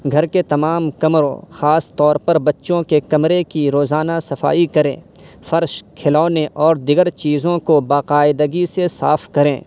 گھر کے تمام کمروں خاص طور پر بچوں کے کمرے کی روزانہ صفائی کریں فرش کھلونے اور دیگر چیزوں کو باقاعدگی سے صاف کریں